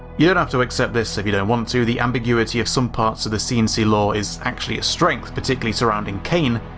you don't have to accept this if you don't want to, the ambiguity of some parts of the c and c lore is actually a strength, particularly surrounding kane,